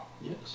Yes